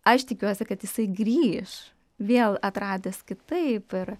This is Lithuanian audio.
aš tikiuosi kad jisai grįš vėl atradęs kitaip ir